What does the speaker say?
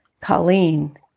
Colleen